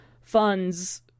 funds